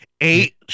eight